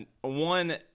One